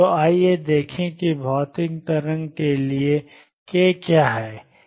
तो आइए देखें कि भौतिक तरंग के लिए k क्या है